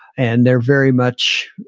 and they're very much,